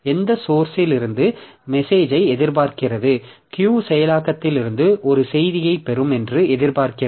எந்த சோர்ஸ் இருந்து செய்தியை எதிர்பார்க்கிறது Q செயலாக்கத்திலிருந்து ஒரு செய்தியைப் பெறும் என்று எதிர்பார்க்கிறது